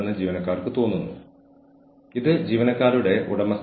Indian സായുധ സേനയിൽ ഇത് ചെയ്യാറുണ്ട്